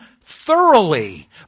thoroughly